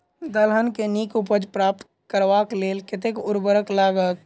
दलहन केँ नीक उपज प्राप्त करबाक लेल कतेक उर्वरक लागत?